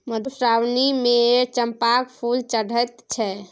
मधुश्रावणीमे चंपाक फूल चढ़ैत छै